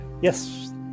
yes